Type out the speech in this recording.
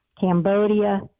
Cambodia